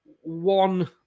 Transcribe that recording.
one